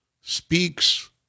speaks